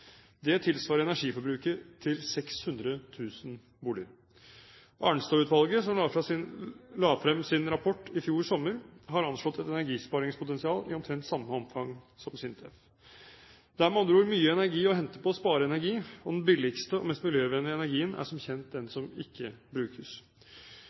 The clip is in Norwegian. Det tilsvarer energiforbruket til 600 000 boliger. Arnstad-utvalget, som la frem sin rapport i fjor sommer, har anslått et energisparingspotensial i omtrent samme omfang som SINTEF. Det er med andre ord mye energi å hente på å spare energi – og den billigste og mest miljøvennlige energien er som kjent den